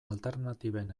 alternatiben